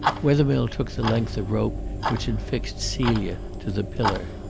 wethermill took the length of rope which had fixed celia to the pillar.